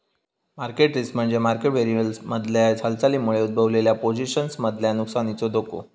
market risk म्हणजे market व्हेरिएबल्समधल्या हालचालींमुळे उद्भवलेल्या पोझिशन्समधल्या नुकसानीचो धोको